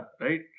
Right